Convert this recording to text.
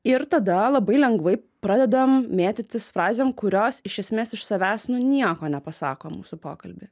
ir tada labai lengvai pradedam mėtytis frazėm kurios iš esmės iš savęs nu nieko nepasako mūsų pokalby